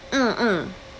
mm mm